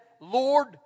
Lord